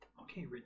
okay